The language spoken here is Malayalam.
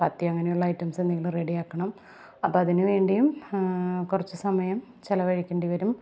ചപ്പാത്തി അങ്ങനെയുള്ള ഐറ്റംസ് എന്തെങ്കിലും റെഡിയാക്കണം അപ്പം അതിനു വേണ്ടിയും കുറച്ചു സമയം ചിലവഴിക്കേണ്ടി വരും